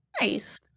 nice